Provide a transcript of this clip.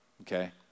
Okay